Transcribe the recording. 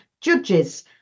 judges